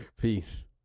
Peace